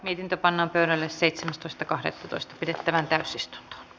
di centa pannaan pöydälle seitsemästoista keskustelua ei syntynyt